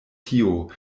tio